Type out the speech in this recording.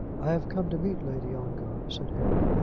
i have come to meet lady ongar, said harry,